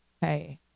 Hey